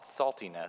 saltiness